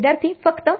विद्यार्थी फक्त